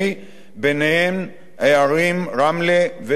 בהן הערים רמלה ושפרעם.